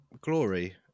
glory